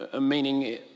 Meaning